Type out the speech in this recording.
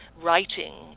writing